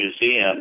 museum